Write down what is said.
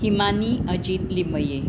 Himani Ajit Limaye